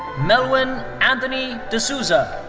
melwyn anthony d'souza.